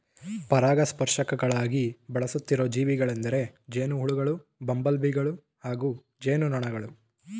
ಪರಾಗಸ್ಪರ್ಶಕಗಳಾಗಿ ಬಳಸುತ್ತಿರೋ ಜೀವಿಗಳೆಂದರೆ ಜೇನುಹುಳುಗಳು ಬಂಬಲ್ಬೀಗಳು ಹಾಗೂ ಜೇನುನೊಣಗಳು